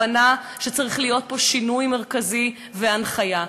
הבנה שצריך להיות פה שינוי מרכזי, והנחיה.